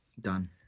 Done